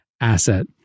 asset